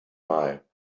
mal